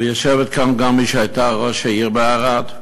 ויושבת כאן גם מי שהייתה ראש העיר ערד.